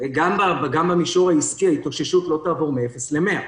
גם במישור העסקי ההתאוששות לא תעבור מאפס ל-100.